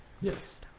Yes